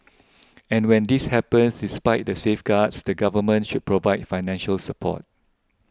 and when this happens despite the safeguards the Government should provide financial support